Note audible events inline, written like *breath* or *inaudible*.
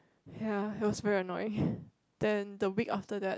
ya it was very annoying *breath* then the week after that